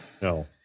No